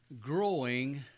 Growing